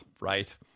right